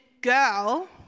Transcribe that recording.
girl